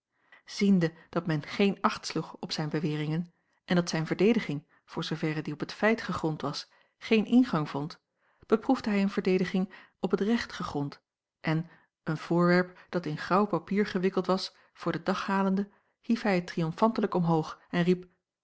ziende dat men geen acht sloeg op zijn beweringen en dat zijn verdediging voor zooverre die op het feit gegrond was geen ingang vond beproefde hij een verdediging op het recht gegrond en een voorwerp dat in graauw papier gewikkeld was voor den dag halende hief hij het triomfantelijk omhoog en riep